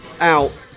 out